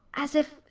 as if.